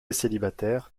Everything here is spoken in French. célibataire